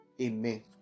Amen